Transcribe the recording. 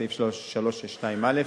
סעיף 362(א)(2)